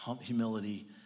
humility